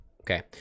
okay